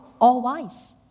all-wise